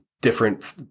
different